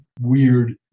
weird